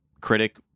critic